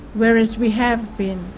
whereas we have been.